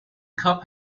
cup